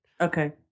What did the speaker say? Okay